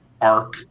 arc